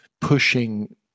pushing